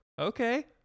Okay